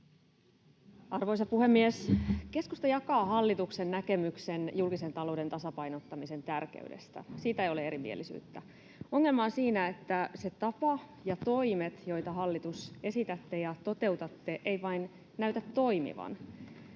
Arvoisa puhemies! Keskusta jakaa hallituksen näkemyksen julkisen talouden tasapainottamisen tärkeydestä. Siitä ei ole erimielisyyttä. Ongelma on siinä, että se tapa ja toimet, joita, hallitus, esitätte ja toteutatte, eivät vain näytä toimivan.